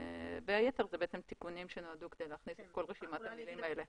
היתר אלה תיקונים שנועדו כדי להכניס את כל רשימת הדברים האלה.